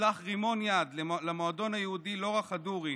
הושלך רימון יד למועדון היהודי לורה כדורי